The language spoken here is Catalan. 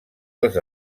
els